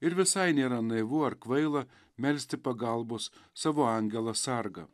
ir visai nėra naivu ar kvaila melsti pagalbos savo angelą sargą